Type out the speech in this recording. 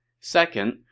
Second